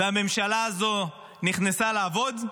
והממשלה הזו נכנסה לעבוד?